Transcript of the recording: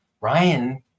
ryan